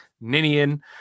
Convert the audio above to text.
Ninian